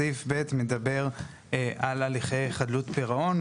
סעיף (ב) מדבר על הליכי חדלות פירעון,